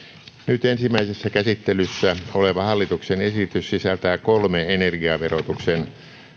nyt ensimmäisessä käsittelyssä oleva hallituksen esitys sisältää kolme energiaverotuksen